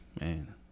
man